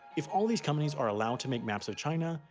if all these companies are allowed to make maps of china,